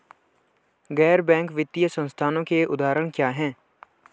गैर बैंक वित्तीय संस्थानों के उदाहरण क्या हैं?